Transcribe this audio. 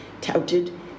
Touted